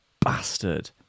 Bastard